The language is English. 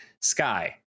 Sky